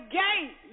gate